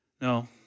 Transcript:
No